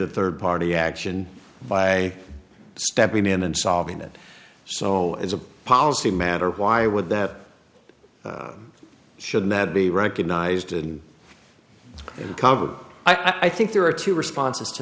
the third party action by stepping in and solving it so as a policy matter why would that should that be recognized in covered i think there are two responses to